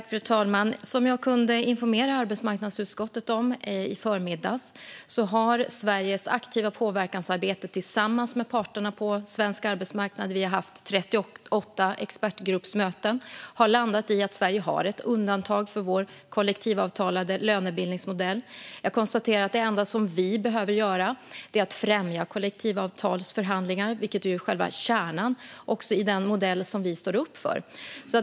Fru talman! Som jag kunde informera arbetsmarknadsutskottet om i förmiddags har Sveriges aktiva påverkansarbete tillsammans med parterna på svensk arbetsmarknad - vi har haft 38 expertgruppsmöten - landat i att Sverige har ett undantag för sin kollektivavtalade lönebildningsmodell. Jag konstaterar att det enda som vi behöver göra är att främja kollektivavtalsförhandlingar, vilket är själva kärnan i den modell som vi står upp för.